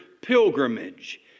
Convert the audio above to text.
pilgrimage